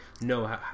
no